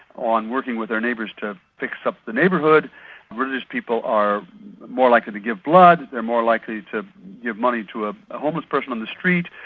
on working with their neighbours to fix up the neighbourhood religious people are more likely to give blood, they're more likely to give money to a homeless person on the street,